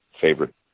favorite